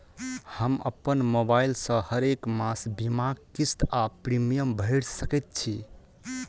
हम अप्पन मोबाइल सँ हरेक मास बीमाक किस्त वा प्रिमियम भैर सकैत छी?